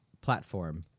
platform